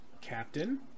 Captain